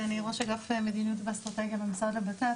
אני ראש אגף מדיניות ואסטרטגיה במשרד הבט"פ,